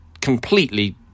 completely